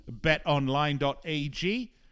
betonline.ag